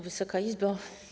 Wysoka Izbo!